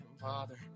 father